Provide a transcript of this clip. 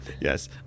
Yes